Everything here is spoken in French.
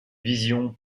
visions